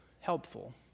helpful